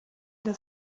das